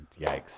yikes